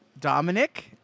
Dominic